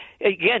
again